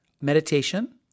meditation